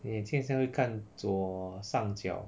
你眼睛很像会看左上角